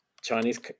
Chinese